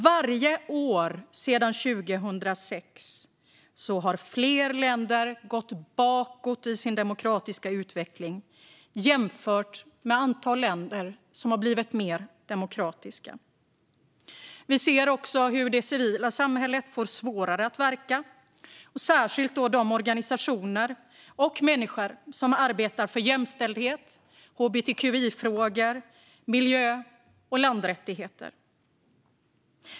Varje år sedan 2006 har fler länder gått bakåt i sin demokratiska utveckling jämfört med antalet länder som blivit mer demokratiska. Vi ser också hur det civila samhället får svårare att verka, särskilt de organisationer och människor som arbetar för jämställdhet, hbtqi-frågor, miljö och landrättigheter.